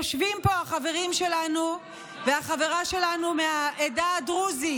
יושבים פה החברים שלנו והחברה שלנו מהעדה הדרוזית,